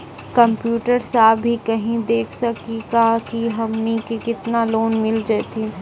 Computer सा भी कही देख सकी का की हमनी के केतना लोन मिल जैतिन?